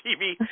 TV